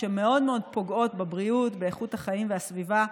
זה מאוד מאוד פוגע בבריאות, באיכות החיים והסביבה,